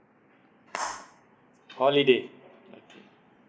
holiday okay